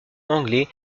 anglais